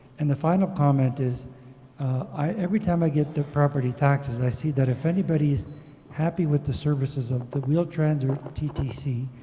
and the final comment is every time i get the property taxes i see that if anybody is happy with the services of the wheel-trans or ttc,